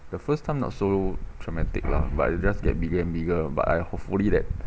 the first time not so traumatic lah but it just get bigger and bigger but I hopefully that